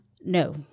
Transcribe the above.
no